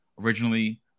Originally